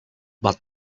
but